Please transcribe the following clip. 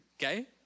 okay